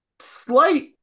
Slight